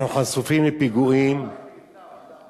אנחנו חשופים לפיגועים, למה אתה מכליל?